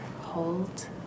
hold